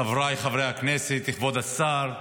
חבריי חברי הכנסת, כבוד השר,